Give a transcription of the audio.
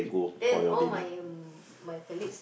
then all my m~ my colleagues